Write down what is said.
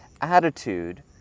attitude